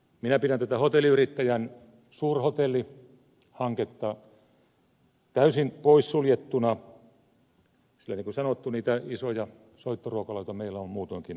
minä pidän tätä hotelliyrittäjän suurhotellihanketta täysin pois suljettuna sillä niin kuin sanottu niitä isoja soittoruokaloita meillä on muutoinkin tarpeeksi